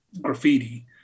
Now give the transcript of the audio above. graffiti